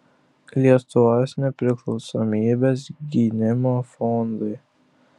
lietuvos nepriklausomybės gynimo fondui